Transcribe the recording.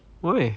why